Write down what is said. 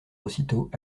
aussitôt